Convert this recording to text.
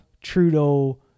Trudeau